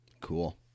Cool